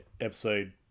episode